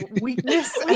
weakness